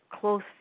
close